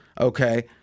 Okay